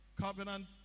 covenant